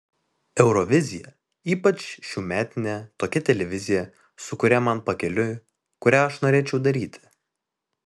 eurovizija ypač šiųmetinė tokia televizija su kuria man pakeliui kurią aš norėčiau daryti